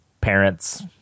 parents